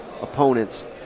opponents